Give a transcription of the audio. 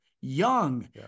young